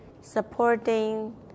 supporting